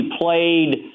played